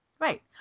Right